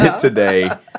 today